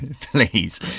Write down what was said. Please